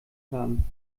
haben